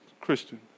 Christian